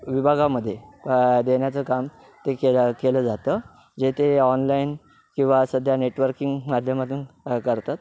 विभागामध्ये देण्याचं काम ते केलं केलं जातं जे ते ऑनलाईन किंवा सध्या नेटवर्किंग माध्यमातून करतात